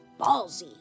ballsy